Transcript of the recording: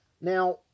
now